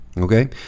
okay